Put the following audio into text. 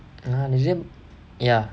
ah நிஜம்:nijam ya